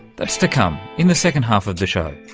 that's to come in the second half of the show.